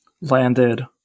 landed